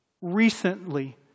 recently